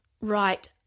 right